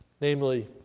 namely